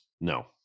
No